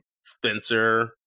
spencer